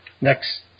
next